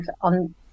on